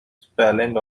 spelling